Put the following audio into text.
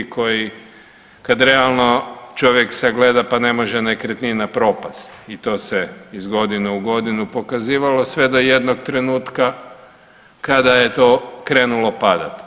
Kad realno čovjek sagleda pa ne može nekretnina propast i to se iz godine u godinu pokazivalo sve do jednog trenutka kada je to krenulo padati.